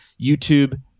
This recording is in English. YouTube